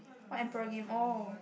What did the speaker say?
what emperor game oh